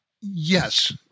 Yes